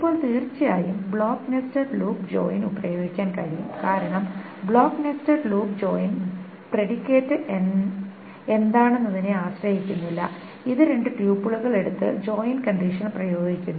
ഇപ്പോൾ തീർച്ചയായും block nested loop join പ്രയോഗിക്കാൻ കഴിയും കാരണം block nested loop join predicate എന്താണെന്നതിനെ ആശ്രയിക്കുന്നില്ല ഇത് രണ്ട് ട്യൂപ്പിളുകൾ എടുത്ത് ജോയിൻ കണ്ടിഷൻ പ്രയോഗിക്കുന്നു